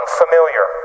unfamiliar